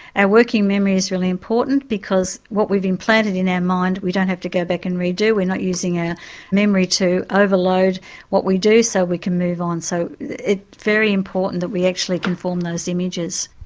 our working memory is really important, because what we've implanted in our mind we don't have to go back and redo, we're not using our ah memory to overload what we do so we can move on. so it's very important that we actually can form those images.